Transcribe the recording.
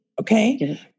Okay